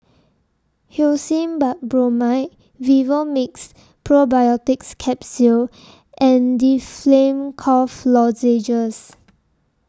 Hyoscine Butylbromide Vivomixx Probiotics Capsule and Difflam Cough Lozenges